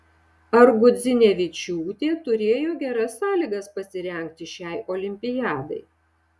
ar gudzinevičiūtė turėjo geras sąlygas pasirengti šiai olimpiadai